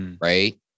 Right